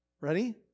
ready